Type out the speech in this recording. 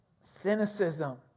Cynicism